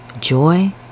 joy